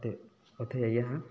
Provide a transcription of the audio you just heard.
ते उत्थै जाइयै असें